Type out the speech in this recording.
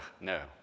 No